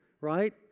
right